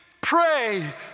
pray